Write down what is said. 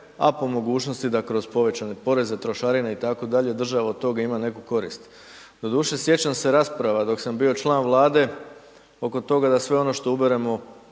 a po mogućnosti da kroz povećane poreze, trošarine itd., država od toga ima neku korist. Doduše, sjećam se rasprava dok sam bio član Vlade oko toga da sve ono što uberemo